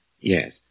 Yes